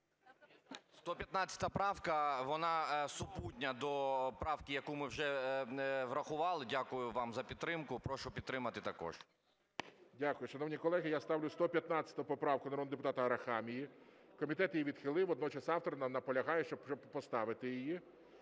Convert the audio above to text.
115 правка, вона супутня до правки, яку ми вже врахували. Дякую вам за підтримку. Прошу підтримати також. ГОЛОВУЮЧИЙ. Дякую. Шановні колеги, я ставлю 115 поправку народного депутата Арахамії. Комітет її відхилив. Водночас автор наполягає, щоб поставити її.